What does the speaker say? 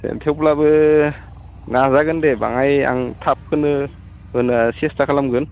दे थेवब्लाबो नाजागोन दे बाङाइ आं थाबखौनो होनो सेस्ता खालामगोन